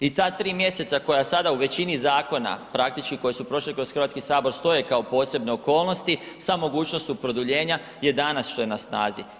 I ta 3 mjeseca koja sada u većini zakona, praktički koja su prošli kroz HS stoje kao posebne okolnosti sa mogućnošću produljenja je danas što je na snazi.